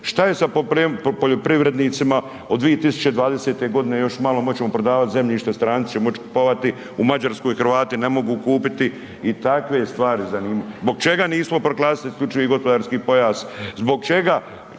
Šta je sa poljoprivrednicima od 2020. godine još malo moći ćemo prodavati zemljište, stranci će moći kupovati. U Mađarskoj Hrvati ne mogu kupiti i takve stvari zanima. Zbog čega nismo proglasili isključivi gospodarski pojas, zbog čega